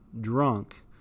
drunk